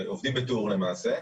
עובדים בטור למעשה,